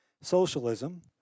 socialism